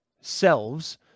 selves